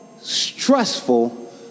stressful